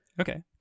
Okay